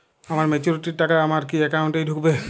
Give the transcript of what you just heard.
আমার ম্যাচুরিটির টাকা আমার কি অ্যাকাউন্ট এই ঢুকবে?